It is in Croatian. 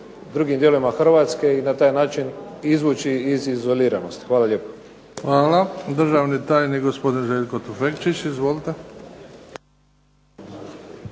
drugim dijelovima Hrvatske i na taj način izvući iz izoliranosti. Hvala lijepo. **Bebić, Luka (HDZ)** Hvala. Državni tajni, gospodin Željko Tufekčić. Izvolite.